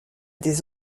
des